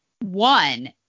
one